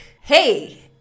hey